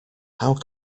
how